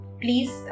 please